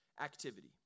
activity